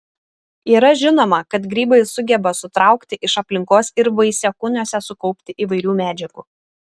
yra žinoma kad grybai sugeba sutraukti iš aplinkos ir vaisiakūniuose sukaupti įvairių medžiagų